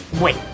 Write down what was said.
Wait